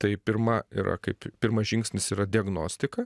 tai pirma yra kaip pirmas žingsnis yra diagnostika